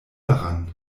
daran